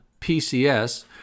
PCS